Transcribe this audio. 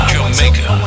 Jamaica